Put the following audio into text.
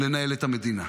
לנהל את המדינה.